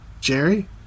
Jerry